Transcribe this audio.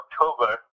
October